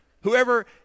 whoever